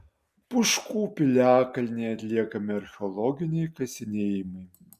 pūškų piliakalnyje atliekami archeologiniai kasinėjimai